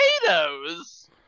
POTATOES